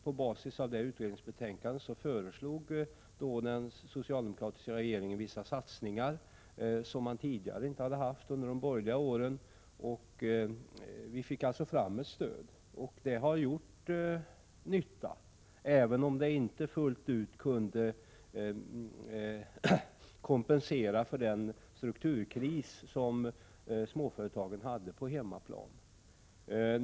På basis av det utredningsbetänkande som förelåg föreslog den socialdemokratiska regeringen vissa satsningar som inte hade förekommit tidigare under de borgerliga åren. Vi fick alltså fram ett stöd, och det har gjort nytta, även om det inte fullt ut kunde kompensera för den strukturkris som småhusföretagen hade på hemmaplan.